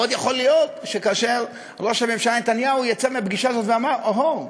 מאוד יכול להיות שכאשר ראש הממשלה נתניהו יצא מהפגישה הזאת ואמר: אוהו,